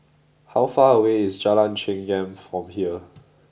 how far away is Jalan Chengam from here